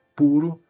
puro